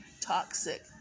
toxic